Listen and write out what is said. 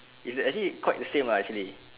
it's the actually quite the same lah actually